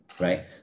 right